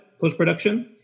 post-production